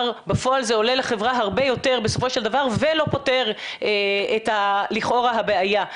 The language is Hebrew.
שבפועל זה עולה לחברה הרבה יתר בסופו של דבר ולא פותר את לכאורה הבעיה,